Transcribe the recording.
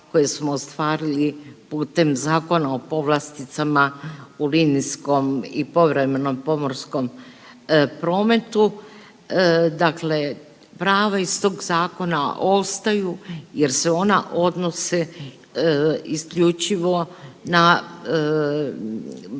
koje smo ostvarili putem Zakona o povlasticama u linijskom i povremenom pomorskom prometu, dakle prava iz toga zakona ostaju jer se ona odnose isključivo na